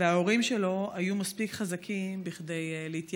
וההורים שלו היו מספיק חזקים להתייעץ